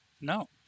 No